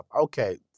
Okay